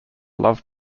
love